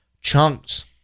chunks